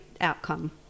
outcome